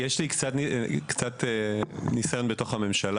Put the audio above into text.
יש לי קצת ניסיון בממשלה.